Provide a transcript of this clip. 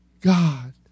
God